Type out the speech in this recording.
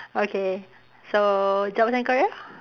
okay so jobs and career